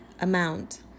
amount